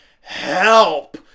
help